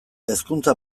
hezkuntza